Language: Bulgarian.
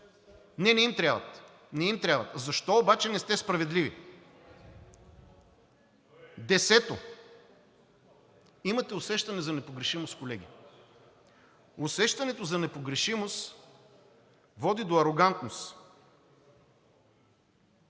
Не, не им трябват. Защо обаче не сте справедливи? Десето, имате усещане за непогрешимост, колеги. Усещането за непогрешимост води до арогантност.